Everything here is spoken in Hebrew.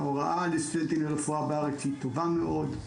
ההוראה לסטינג הרפואה בארץ היא טובה מאוד,